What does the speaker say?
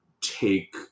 take